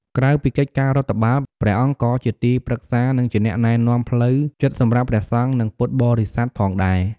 ក្រៅពីកិច្ចការរដ្ឋបាល ព្រះអង្គក៏ជាទីប្រឹក្សា និងជាអ្នកណែនាំផ្លូវចិត្តសម្រាប់ព្រះសង្ឃ និងពុទ្ធបរិស័ទផងដែរ។